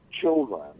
children